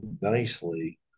nicely